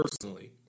personally